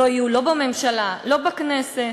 לא יהיו לא בממשלה ולא בכנסת.